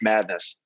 Madness